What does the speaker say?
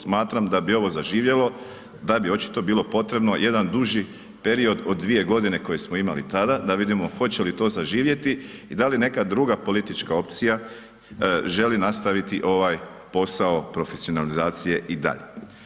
Smatram da bi ovo zaživjelo da bi očito bilo potrebno jedan duži period od 2 godine koji smo imali tada, da vidimo hoće li to zaživjeti i da li neka druga politička opcija želi nastaviti ovaj posao profesionalizacije i dalje.